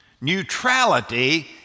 Neutrality